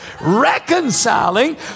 reconciling